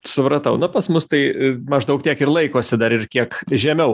supratau na pas mus tai maždaug tiek ir laikosi dar ir kiek žemiau